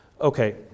okay